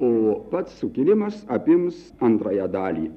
o pats sukilimas apims antrąją dalį